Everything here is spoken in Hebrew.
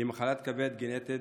מדובר במחלת כבד גנטית,